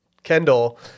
Kendall